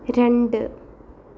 രണ്ട്